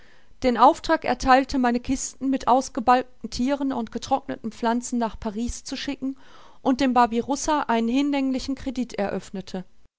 den auftrag ertheilte meine kisten mit ausgebalgten thieren und getrockneten pflanzen nach paris zu schicken und dem babirussa einen hinlänglichen credit eröffnete